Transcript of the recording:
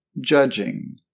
judging